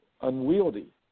unwieldy